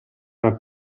una